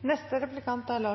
Jeg har